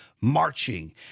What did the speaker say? marching